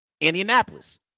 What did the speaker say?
Indianapolis